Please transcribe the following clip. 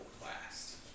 Blast